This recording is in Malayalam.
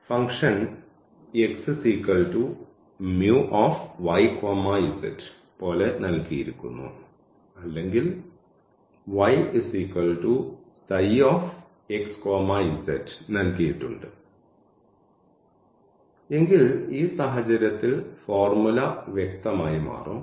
ഫംഗ്ഷൻ xμyz പോലെ നൽകിയിരിക്കുന്നു അല്ലെങ്കിൽ yψxz നൽകിയിട്ടുണ്ട് എങ്കിൽ ഈ സാഹചര്യത്തിൽ ഫോർമുല വ്യക്തമായി മാറും